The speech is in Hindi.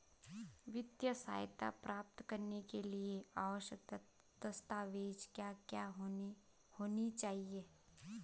वित्तीय सहायता प्राप्त करने के लिए आवश्यक दस्तावेज क्या क्या होनी चाहिए?